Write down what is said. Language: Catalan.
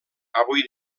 avui